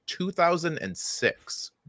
2006